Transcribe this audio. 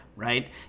right